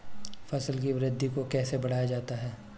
फसल की वृद्धि को कैसे बढ़ाया जाता हैं?